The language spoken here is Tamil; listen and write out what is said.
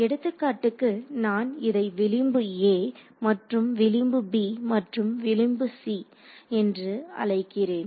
எடுத்துக்காட்டுக்கு நான் இதை விளிம்பு a மற்றும் விளிம்பு b மற்றும் விளிம்பு c என்று அழைக்கிறேன்